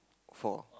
four